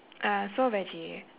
uh soul veggie